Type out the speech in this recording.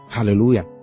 Hallelujah